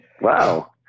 Wow